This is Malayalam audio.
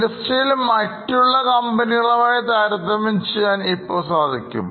ഇൻഡസ്ട്രിയിലെ മറ്റുള്ള കമ്പനികളുമായി താരതമ്യം ചെയ്യാൻ ഇപ്പോൾ സാധിക്കും